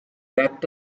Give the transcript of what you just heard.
backed